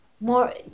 More